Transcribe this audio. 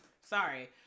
Sorry